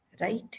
right